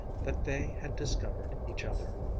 that they had discovered each other,